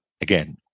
again